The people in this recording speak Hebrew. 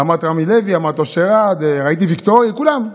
אמרת רמי לוי, אמרת אושר עד, ראיתי ויקטורי, כולם.